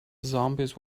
zombies